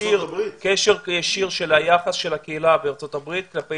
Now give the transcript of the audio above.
קשר ישיר של היחס של הקהילה בארצות הברית כלפי